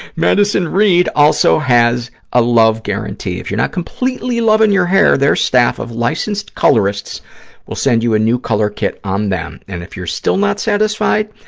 madison reed also has a love guarantee. if you're not completely loving your hair, their staff of licensed colorists will send you a new color kit on them, and if you're still not satisfied,